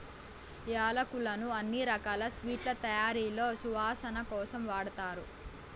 యాలక్కులను అన్ని రకాల స్వీట్ల తయారీలో సువాసన కోసం వాడతారు